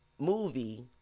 movie